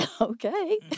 okay